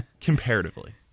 comparatively